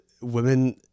women